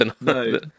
No